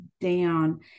down